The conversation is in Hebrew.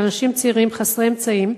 של אנשים צעירים חסרי אמצעים,